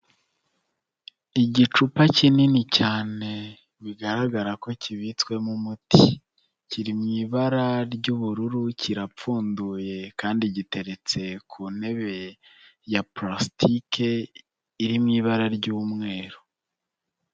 Igicupa kinini cyane bigaragara ko kibitswemo umuti. Kiri mu ibara ry'ubururu kirapfunduye kandi giteretse ku ntebe ya pulasitike, iri mu ibara ry'umweru.